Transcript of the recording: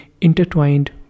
intertwined